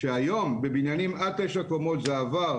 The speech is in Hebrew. שהיום בבניינים עד תשע קומות זה עבר